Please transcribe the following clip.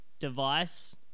Device